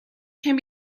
can